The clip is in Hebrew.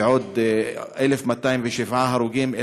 ועוד 1,207 הרוגים,